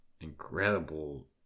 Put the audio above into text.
incredible